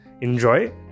enjoy